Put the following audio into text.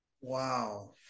Wow